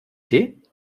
tee